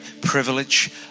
privilege